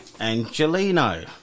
Angelino